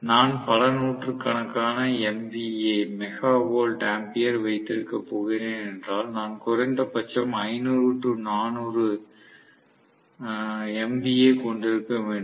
நான் பல நூற்றுக்கணக்கான MVA மெகா வோல்ட் ஆம்பியர் வைத்திருக்கப் போகிறேன் என்றால் நான் குறைந்தபட்சம் 500 400 MVA கொண்டிருக்க வேண்டும்